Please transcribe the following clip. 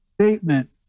statement